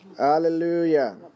Hallelujah